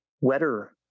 wetter